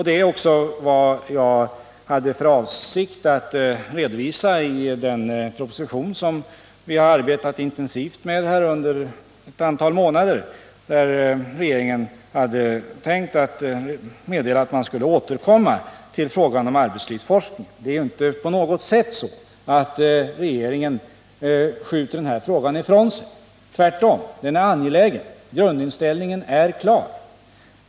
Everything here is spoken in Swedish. Det är också min avsikt att redovisa denna inställning i den proposition som vi nu under ett antal månader har arbetat intensivt med. Regeringen tänkte meddela att den avser att återkomma till frågan om arbetslivsforskningen. Det är inte på något sätt på det viset att regeringen skjuter frågan ifrån sig. Tvärtom, frågan är angelägen och grundinställningen är klar.